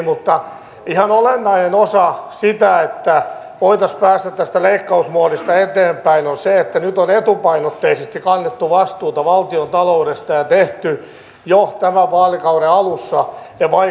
mutta ihan olennainen osa sitä että voitaisiin päästä tästä leikkausmoodista eteenpäin on se että nyt on etupainotteisesti kannettu vastuuta valtiontaloudesta ja tehty jo tämän vaalikauden alussa ne vaikeat ratkaisut